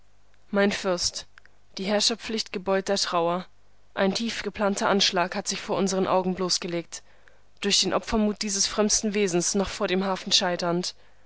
mein fürst die herrscherpflicht gebeut der trauer ein tief geplanter anschlag hat sich vor unseren augen bloßgelegt durch den opfermut dieses frömmsten wesens noch vor dem hafen scheiternd